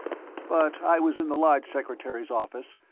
but i was in the lodge secretary's office,